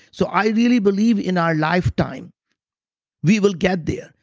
so i really believe in our lifetime we will get there.